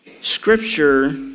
Scripture